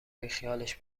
بیخیالش